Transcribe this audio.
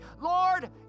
Lord